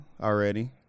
already